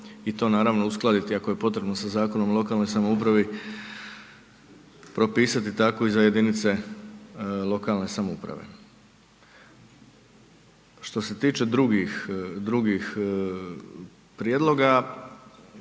i to naravno uskladiti ako je potrebno sa Zakonom o lokalnoj samoupravi propisati tako i za jedinice lokalne samouprave. Što se tiče drugih prijedloga,